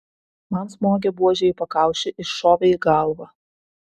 man smogė buože į pakaušį iššovė į galvą